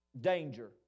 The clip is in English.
Danger